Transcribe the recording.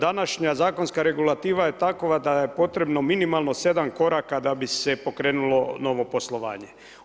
Današnja zakonska regulativa, je takva, da je potrebno minimalno 7 koraka, da bi se pokrenulo novo poslovanje.